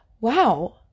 wow